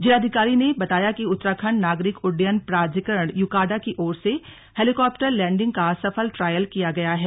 जिलाधिकारी ने बताया कि उत्तराखण्ड नागरिक उड़डयन प्राधिकरण युकाड़ा की ओर से हेलीकॉप्टर लेंडिंग का सफल ट्रायल किया गया है